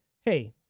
hey